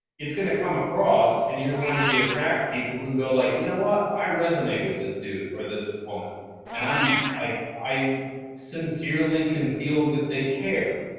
it's going to come across and you're going to attract attract people who go like, you know what? i resonate with this dude or this woman and i'm like, i sincerely can feel that they care.